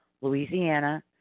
Louisiana